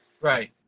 Right